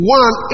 one